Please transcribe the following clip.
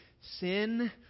sin